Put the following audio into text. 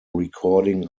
recording